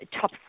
top